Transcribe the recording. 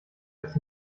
als